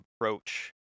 approach